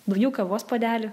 daugiau kavos puodelių